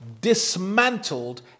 dismantled